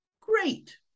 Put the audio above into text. great